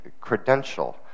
credential